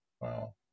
Wow